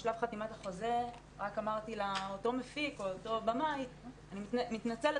בשלב חתימת החוזה אמרתי לאותו מפיק או אותו במאי שאני מתנצלת,